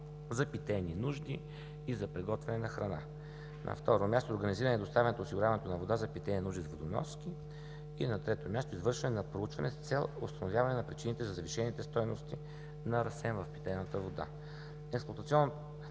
за питейни нужди и за приготвяне на храна. На второ място – организира доставянето и осигуряването на вода за питейни нужди с водоноски, и на трето място – извършване на проучване с цел установяване на причините за завишените стойности на арсен в питейната вода. Експлоатационното